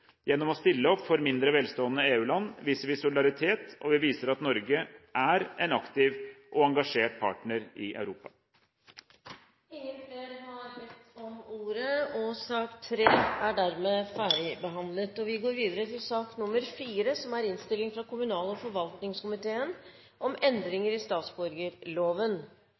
Gjennom å stille opp for mindre velstående EU-land viser vi solidaritet, og vi viser at Norge er en aktiv og engasjert partner i Europa. Flere har ikke bedt om ordet til sak nr. 3. Etter ønske fra kommunal- og forvaltningskomiteen vil presidenten foreslå at taletiden begrenses til 5 minutter til hvert parti og